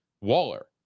Waller